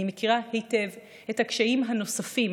אני מכירה היטב את הקשיים הנוספים